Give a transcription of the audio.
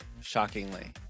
Shockingly